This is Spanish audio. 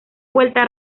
vuelta